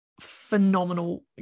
phenomenal